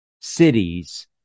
cities